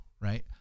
right